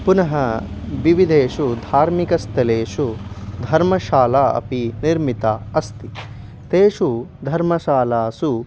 पुनः विविधेषु धार्मिकस्थलेषु धर्मशाला अपि निर्मिता अस्ति तेषु धर्मशालासु